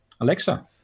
Alexa